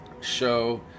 show